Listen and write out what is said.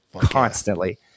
Constantly